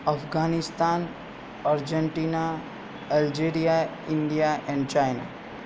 Afghanistan Argentina Algeria India and China